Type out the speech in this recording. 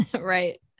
Right